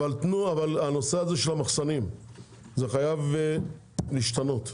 אבל נושא המחסנים חייב להשתנות.